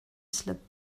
slipped